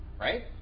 Right